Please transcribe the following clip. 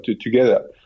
together